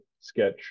sketch